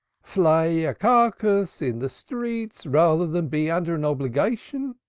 flay a carcass in the streets rather than be under an obligation?